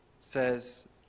says